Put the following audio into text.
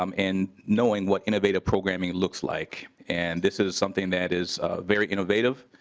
um and knowing what innovative program it looks like and this is something that is very innovative.